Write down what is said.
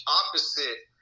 opposite